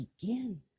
begin